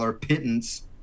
pittance